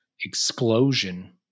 explosion